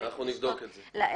אנחנו נבדוק את זה.